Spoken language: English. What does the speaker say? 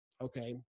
Okay